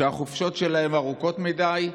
שהחופשות שלהם ארוכות מדי.